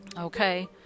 Okay